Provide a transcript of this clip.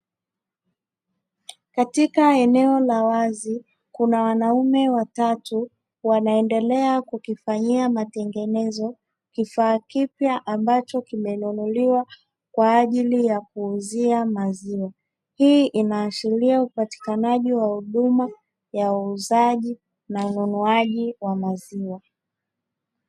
Katika eneo la wazi kuna wanaume watatu wanaendelea kukifanyia matengenezo kifaa kipya ambacho kimenunuliwa kwaajili ya kuuzia maziwa. Hii inaashiria upatikanaji ya huduma ya uuzaji na ununuaji wa maziwa.